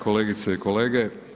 Kolegice i kolege.